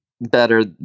better